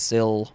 Sill